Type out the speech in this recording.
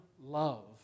love